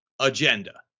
agenda